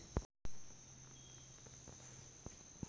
सरकारी योजनेचे माझ्या खात्यात किती पैसे जमा झाले?